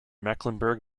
mecklenburg